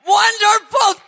wonderful